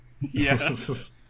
Yes